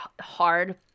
hard